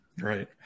right